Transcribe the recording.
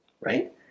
right